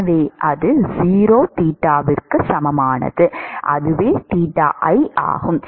எனவே அது 0 தீட்டாவுக்குச் சமமானது தீட்டா i ஆகும்